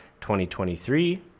2023